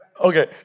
Okay